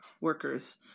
workers